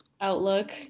outlook